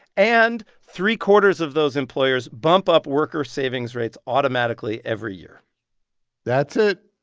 and three quarters of those employers bump up workers' savings rates automatically every year that's it.